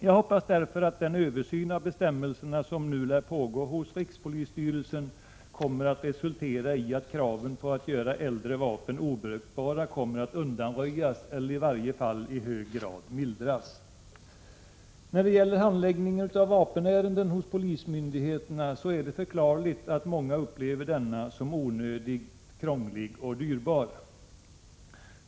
Jag hoppas därför att den översyn av bestämmelsen som nu lär pågå hos rikspolisstyrelsen kommer att resultera i att kravet på att äldre vapen skall göras obrukbara kommer att undanröjas eller i varje fall i hög grad mildras. När det gäller handläggningen av vapenärenden hos polismyndigheterna är det förklarligt att många upplever denna handläggning som onödigt krånglig och dyrbar.